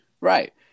Right